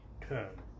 turn